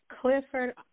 Clifford